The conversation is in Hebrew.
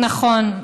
נכון.